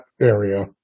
area